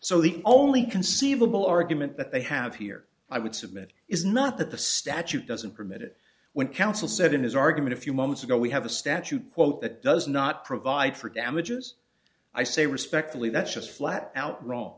so the only conceivable argument that they have here i would submit is not that the statute doesn't permit it when counsel said in his argument a few moments ago we have a statute quote that does not provide for damages i say respectfully that's just flat out wrong